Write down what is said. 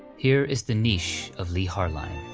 here is the niche of leigh harline.